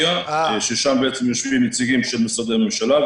ששם בעצם יושבים נציגים של משרדי ממשלה,